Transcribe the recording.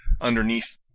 underneath